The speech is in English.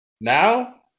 Now